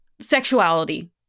sexuality